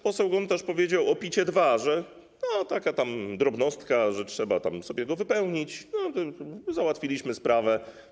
Poseł Gontarz powiedział o PIT-2: no, taka tam drobnostka, trzeba tam sobie go wypełnić, załatwiliśmy sprawę.